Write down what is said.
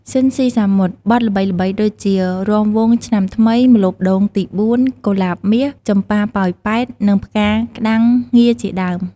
ស៊ីន ស៊ីសាមុត បទល្បីៗដូចជា រាំវង់ឆ្នាំថ្មី ម្លប់ដូងទីបួន កូលាបមាស ចំប៉ាប៉ោយប៉ែត និងផ្កាក្ដាំងងាជាដើម។